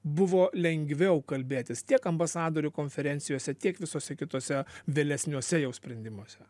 buvo lengviau kalbėtis tiek ambasadorių konferencijose tiek visuose kituose vėlesniuose jau sprendimuose